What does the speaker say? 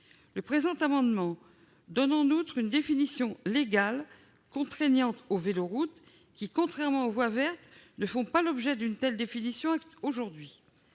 L'amendement tend en outre à donner une définition légale contraignante des véloroutes, qui, contrairement aux voies vertes, ne font pas l'objet d'une telle définition aujourd'hui.